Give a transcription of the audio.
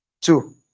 two